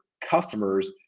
customers